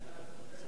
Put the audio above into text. מהצד.